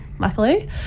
Luckily